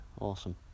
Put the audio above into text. awesome